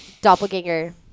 doppelganger